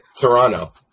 Toronto